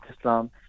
Islam